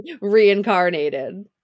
Reincarnated